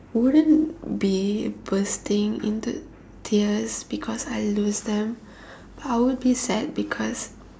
wouldn't be bursting into tears because I lose them I would be sad because